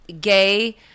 gay